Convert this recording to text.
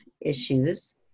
issues